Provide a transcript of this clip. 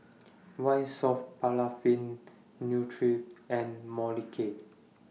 White Soft Paraffin Nutren and Molicare